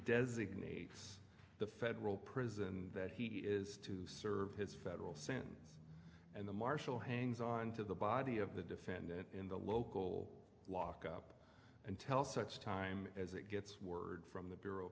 designates the federal prison and that he is to serve his federal sentence and the marshal hangs on to the body of the defendant in the local lock up until such time as it gets word from the bureau